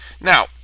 Now